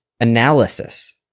analysis